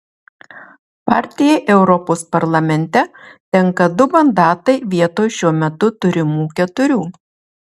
partijai europos parlamente tenka du mandatai vietoj šiuo metu turimų keturių